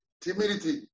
timidity